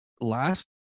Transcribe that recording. last